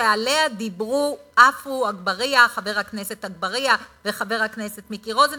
שעליה דיברו חבר הכנסת עפו אגבאריה וחבר הכנסת רוזנטל,